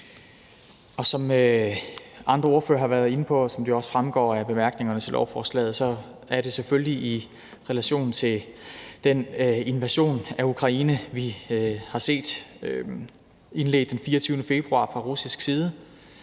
Som andre ordførere har været inde på, og som det også fremgår af bemærkningerne til lovforslaget, så er det selvfølgelig i relation til den invasion af Ukraine, vi har set, indledt den 24. februar fra russisk side.